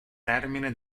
termine